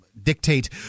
dictate